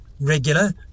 regular